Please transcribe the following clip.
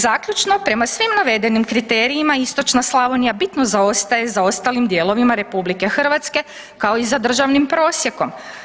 Zaključno, prema svim navedenim kriterijima istočna Slavonija bitno zaostaje za ostalim dijelovima RH, kao i za državnim prosjekom.